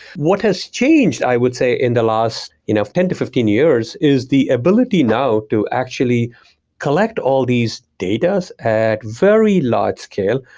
what has changed i would say in the last you know ten to fifteen years is the ability now to actually collect all these datas at very large scale,